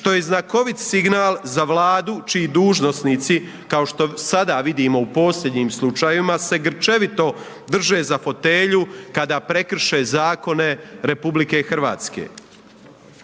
što je znakovit signal za Vladu čiji dužnosnici kao što sada vidimo u posljednjim slučajevima se grčevito drže za fotelju kada prekrše zakone RH.